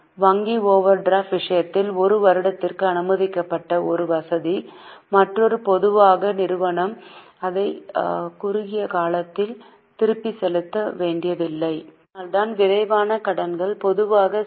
வங்கி overdraft விஷயத்தில் இது 1 வருடத்திற்கு அனுமதிக்கப்பட்ட ஒரு வசதி மற்றும் பொதுவாக நிறுவனம் அதை குறுகிய காலத்தில் திருப்பிச் செலுத்த வேண்டியதில்லை அதனால்தான் விரைவான கடன்கள் பொதுவாக சி